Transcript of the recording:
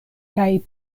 kaj